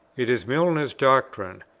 it is milner's doctrine,